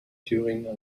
thüringer